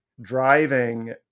driving